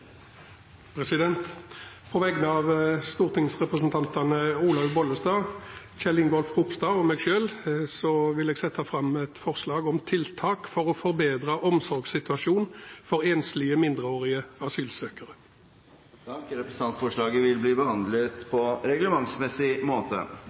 På vegne av stortingsrepresentantene Olaug V. Bollestad, Kjell Ingolf Ropstad og meg selv vil jeg framsette et representantforslag om tiltak for å forbedre omsorgssituasjonen for enslige mindreårige asylsøkere. Forslaget vil bli behandlet på reglementsmessig måte.